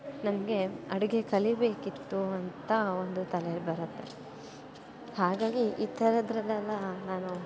ನಮಗೆ ಅಡುಗೆ ಕಲಿಯಬೇಕಿತ್ತು ಅಂತ ಒಂದು ತಲೆಯಲ್ಲಿ ಬರುತ್ತೆ ಹಾಗಾಗಿ ಈ ಥರದ್ದರಲೆಲ್ಲ ನಾನು